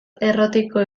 errotiko